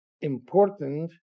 important